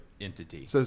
entity